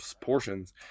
portions